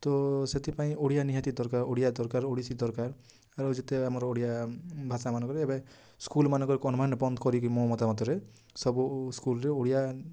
ତ ସେଥିପାଇଁ ଓଡ଼ିଆ ନିହାତି ଦରକାର ଓଡ଼ିଆ ଦରକାର ଓଡ଼ିଶୀ ଦରକାର ଆର ଯେତେ ଆମର ଓଡ଼ିଆ ଭାଷା ମାନଙ୍କରେ ଏବେ ସ୍କୁଲ ମାନଙ୍କରେ କନଭେଣ୍ଟ ବନ୍ଦ କରିକି ମୋ ମତାମତରେ ସବୁ ସ୍କୁଲରେ ଓଡ଼ିଆ